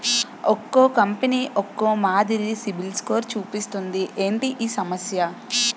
ఒక్కో కంపెనీ ఒక్కో మాదిరి సిబిల్ స్కోర్ చూపిస్తుంది ఏంటి ఈ సమస్య?